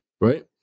right